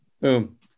Boom